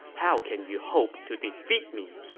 how can you hope to defeat me?